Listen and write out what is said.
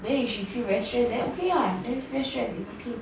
then you should feel very strange then okay lah rest share it's okay